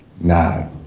No